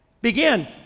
Begin